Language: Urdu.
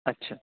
اچھا